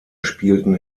spielten